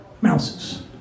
Mouses